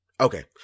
okay